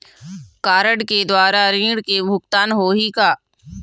Card के द्वारा ऋण के भुगतान होही का?